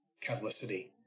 Catholicity